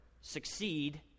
succeed